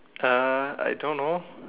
uh I don't know